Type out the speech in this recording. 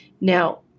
Now